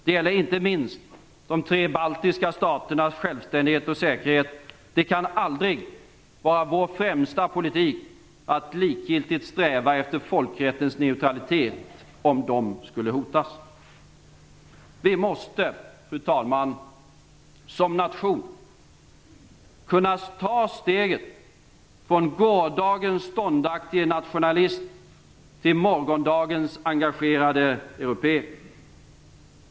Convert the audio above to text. Det gäller inte minst de tre baltiska staternas självständighet och säkerhet. Det kan aldrig vara vår främsta politik att likgiltigt sträva efter folkrättens neutralitet om de skulle hotas. Fru talman! Vi måste som nation kunna ta steget från gårdagens ståndaktige nationalist till morgondagens engagerade europé.